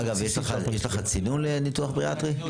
אגב, יש לך צינון לניתוח בריאטרי?